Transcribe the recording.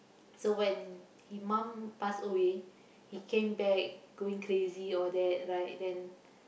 so when he mum pass away he came back going crazy all that right then